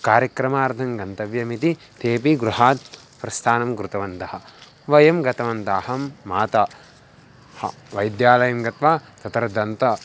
कार्यक्रमार्थं गन्तव्यमिति तेपि गृहात् प्रस्थानं कृतवन्तः वयं गतवन्तः अहं माता वैद्यालयं गत्वा तत्र दन्तः